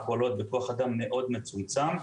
הפועלות בכוח אדם מאוד מצומצם,